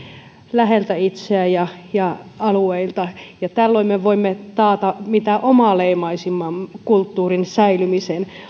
läheltä itseä ja ja alueilta ja tällöin me voimme taata mitä omaleimaisimman kulttuurin säilymisen